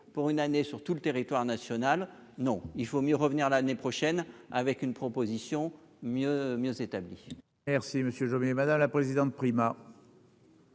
pour une année sur tout le territoire national, non, il vaut mieux revenir l'année prochaine avec une proposition mieux mieux établie.